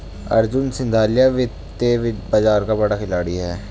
अर्जुन सिंघानिया वित्तीय बाजार का बड़ा खिलाड़ी है